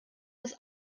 das